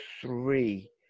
three